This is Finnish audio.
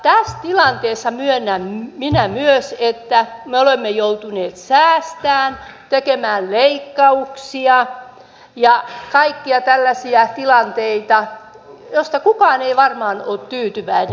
tässä tilanteessa myönnän minä myös että me olemme joutuneet säästämään tekemään leikkauksia ja kaikkia tällaisia tilanteita joista kukaan ei varmaan ole tyytyväinen